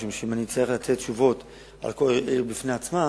משום שאם אני אצטרך לתת תשובות על כל עיר בפני עצמה,